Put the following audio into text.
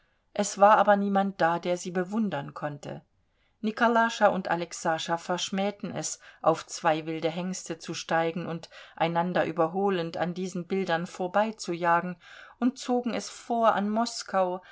es war aber niemand da der sie bewundern konnte nikolascha und alexascha verschmähten es auf zwei wilde hengste zu steigen und einander überholend an diesen bildern vorbeizujagen und zogen es vor an moskau